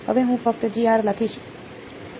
હું કેમ લખું છું